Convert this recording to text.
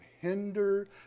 hinder